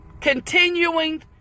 continuing